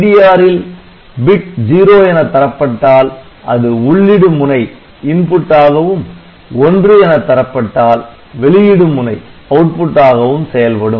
DDR ல் bit '0' என தரப்பட்டால் அது உள்ளிடு முனை ஆகவும் '1' என தரப்பட்டால் வெளியிடு முனை ஆகவும் செயல்படும்